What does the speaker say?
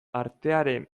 artearen